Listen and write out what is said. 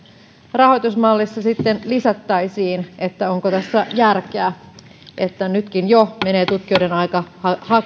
rahoitusmallissa sitten vain lisättäisiin että onko tässä järkeä kun nytkin jo menee tutkijoiden aika